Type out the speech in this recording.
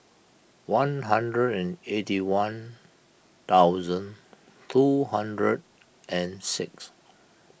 one hundred and eighty one thousand two hundred and six